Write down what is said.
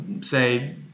say